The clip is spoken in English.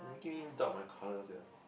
making me doubt my color sia